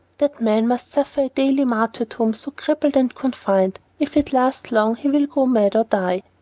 that man must suffer a daily martyrdom, so crippled and confined if it last long he will go mad or die.